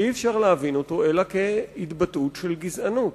אי-אפשר להבין אותו אלא כהתבטאות של גזענות.